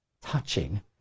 touching